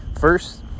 first